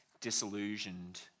disillusioned